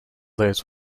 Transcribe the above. those